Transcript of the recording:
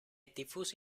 diffuso